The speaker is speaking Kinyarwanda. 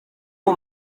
uko